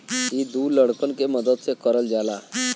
इ दू लड़कन के मदद से करल जाला